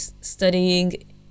studying